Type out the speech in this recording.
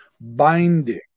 binding